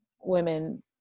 women